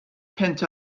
pent